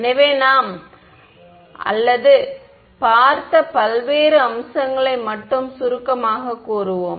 எனவே நாம் அல்லது பார்த்த பல்வேறு அம்சங்களை மட்டும் சுருக்கமாகக் கூறுவோம்